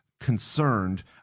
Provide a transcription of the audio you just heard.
concerned